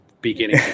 beginning